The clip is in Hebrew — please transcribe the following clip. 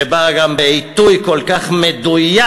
שבאה גם בעיתוי כל כך מדויק,